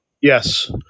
yes